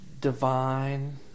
divine